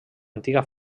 antiga